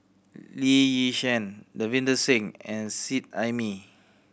Lee Yi Shyan Davinder Singh and Seet Ai Mee